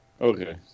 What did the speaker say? Okay